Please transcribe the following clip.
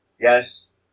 yes